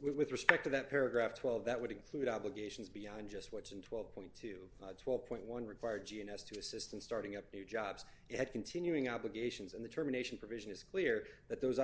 with respect to that paragraph twelve that would include obligations beyond just what's in twelve two hundred and twelve point one require g n s to assist in starting up new jobs and continuing obligations in the germination provision is clear that those